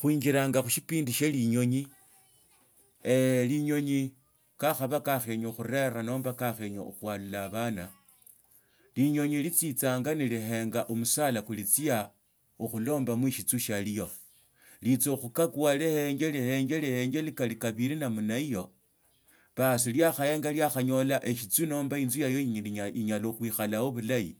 Khunjilanga khushipindi shia linyonyi linyonyi kakhaba keenya khurera nomba keenya khutsiaka khualla abana linyonyi litsitsanga nelihenga omusala kulitsia okhulombamo shitsu shialio, litsokhukagua lihange lihange lihange ni kali kabili namna hiyo baas liakhaenga liakhanyola eshitsu nomba inzu yayo inyala khuikhalyo bulahi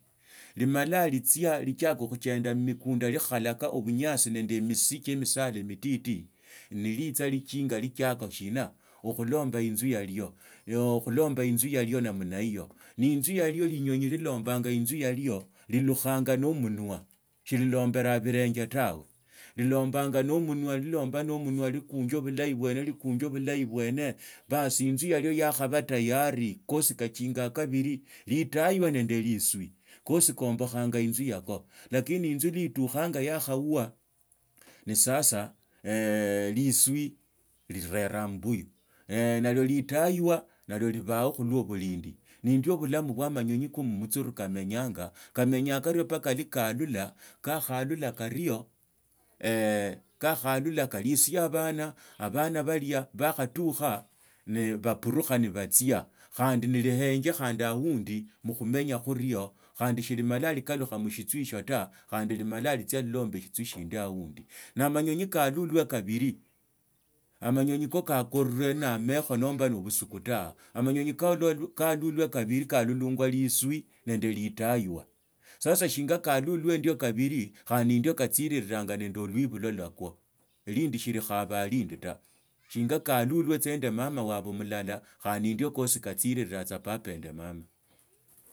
limala litsia lichiaka okhuchenda mmikunda likhalaka obunyasi nende emisi chie misala mititi neltsa liking lichiaka shina okhulomba inzu yalyo, okhulomba inzu yalyo namna hiyo na inzu yalyo linyonyi likambanga inzu yalio lilukhanga no munwa shililombesaa bilenje tawe, lulombanganga no munwa lilombaa no munwa likunja bulahi bwana likunja bulahi kachingaa kabili litaywa nende litswi, nkosi kaombokhanja iznu yako lakini inzu lwa litukhanga liakhavwa na sasa litswi lilireraa amabuyu, litaywa nalio libaho khulwa obulindi nibwo bulamu bwa amanyonyi ka mmutsuru kamanyanga kamenyaa kario mbaka lwa kaalula. Kokhaalula kario, kakhaalula kalitse abana abana balia bakhatokha nabapurukha nebatsia khandi nelihenji khandi ahundi mukhumanya khurio khandi shilimala likalukha musitwi itsio ta limala litsia lilomba shitswi shindig aundi. Na amanyonyi kaalulwa kabili amanyonyi ka kakonwe na amekho nomba no busuku tawe amanyonyi kaalulwa kabili kalulwanga litswi nende litaywa. Sasa shinga kaalulwa ndio kabili khandi nindio katsirira nende olwibulwo lwako, elindi shilikhabaa elindi ta shinga kaalulwa tsa nende mama wabwe mulala khandi nindio kosi katsiriraa tsa papa nende mama.